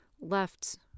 left